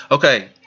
Okay